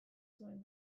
zuen